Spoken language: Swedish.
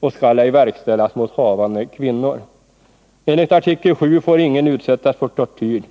och skall ej verkställas mot havande kvinnor. Enligt artikel 7 får ingen utsättas för tortyr.